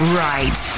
right